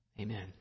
Amen